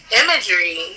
imagery